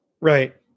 Right